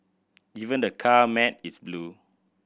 even the car mat is blue